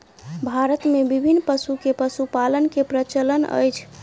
भारत मे विभिन्न पशु के पशुपालन के प्रचलन अछि